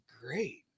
Great